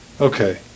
Okay